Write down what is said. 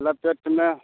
लपेटमे